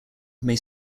may